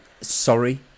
sorry